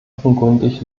offenkundig